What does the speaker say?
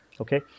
Okay